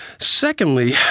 Secondly